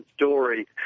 story